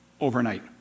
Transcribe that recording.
overnight